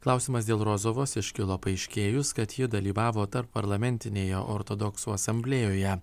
klausimas dėl rozovos iškilo paaiškėjus kad ji dalyvavo tarpparlamentinėje ortodoksų asamblėjoje